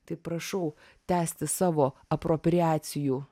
tai prašau tęsti savo apropriacijų